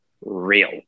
real